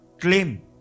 Claim